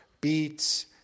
beets